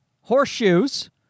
horseshoes